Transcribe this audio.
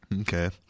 Okay